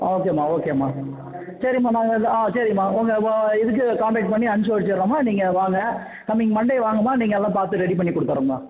ஆ ஓகேமா ஓகேமா சரிமா நாங்கள் ஆ சரிமா உங்க இதுக்கு கான்டக்ட் பண்ணி அனுப்பிச்சு வச்சிட்றோமா நீங்கள் வாங்க கம்மிங் மண்டே வாங்கம்மா நீங்கள் எல்லாம் பார்த்து ரெடி பண்ணி கொடுத்துட்றோம்மா